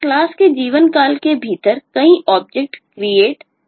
classes होते हैं